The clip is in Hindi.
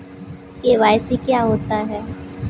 के.वाई.सी क्या होता है?